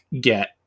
get